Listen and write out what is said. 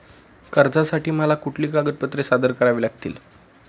कर्जासाठी मला कुठली कागदपत्रे सादर करावी लागतील?